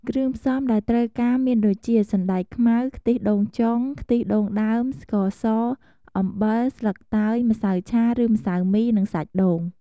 គ្រឿងផ្សំដែលត្រូវការមានដូចជា សណ្ដែកខ្មៅ ខ្ទិះដូងចុង ខ្ទិះដូងដើម ស្ករស អំបិល ស្លឹកតើយ ម្សៅឆា ឬម្សៅមី និងសាច់ដូង។